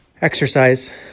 exercise